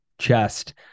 chest